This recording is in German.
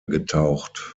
getaucht